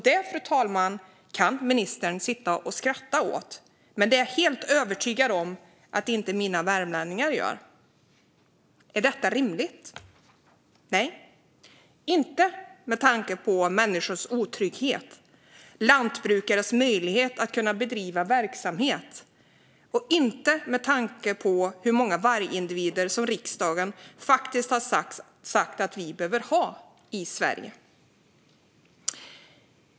Det kan ministern sitta och skratta åt, fru talman, men det är jag helt övertygad om att mina värmlänningar inte gör. Är detta rimligt? Nej, inte med tanke på människors otrygghet och lantbrukares möjlighet att bedriva verksamhet och inte med tanke på hur många vargindivider som riksdagen faktiskt sagt att vi behöver ha i Sverige.